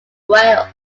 wales